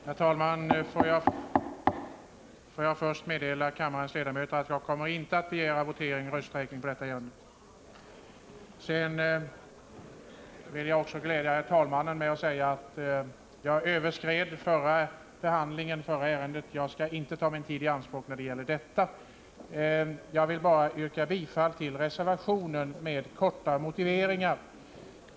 Herr talman! Får jag först meddela kammarens ledamöter att jag inte kommer att begära votering och rösträkning i fråga om detta ärende. Sedan vill jag glädja herr talmannen med att säga att jag vid behandlingen av det förra ärendet överskred min taletid, men att jag vid behandlingen av detta ärende inte skall ta hela min taletid i anspråk. Jag vill bara med några korta motiveringar yrka bifall till reservationen.